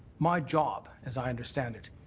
my job, as i understand it,